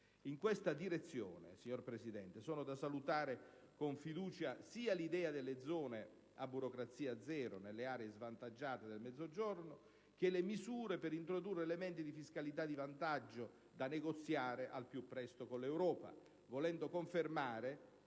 In questa direzione, signora Presidente, sono da salutare con fiducia sia l'idea delle zone a burocrazia zero nelle aree svantaggiate del Mezzogiorno che le misure per introdurre elementi di fiscalità di vantaggio da negoziare al più presto con l'Europa, volendo confermare